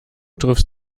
triffst